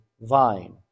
vine